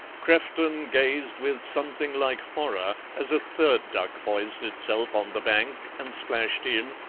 crefton gazed with something like horror as a third duck poised itself on the bank and splashed in,